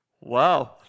wow